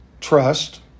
trust